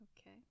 Okay